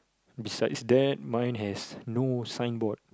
beside that mine has no sign board